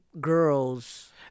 girls